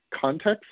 context